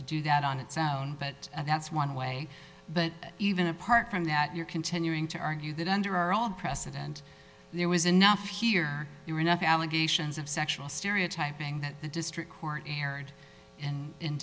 do that on its own but that's one way but even apart from that you're continuing to argue that under all precedent there was enough here you're enough allegations of sexual stereotyping that the district court erred in